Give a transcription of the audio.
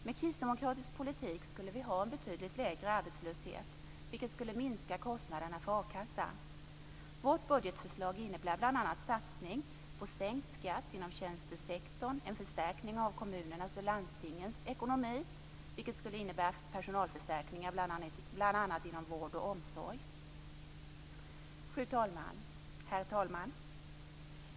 Med kristdemokratisk politisk skulle vi ha en betydligt lägre arbetslöshet, vilket skulle minska kostnaderna för a-kassan. Vårt budgetförslag innebär bl.a. en satsning på sänkt skatt inom tjänstesektorn och en förstärkning av kommunernas och landstingens ekonomi, vilket skulle innebära personalförstärkningar bl.a. inom vård och omsorg. Herr talman!